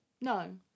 No